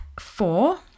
four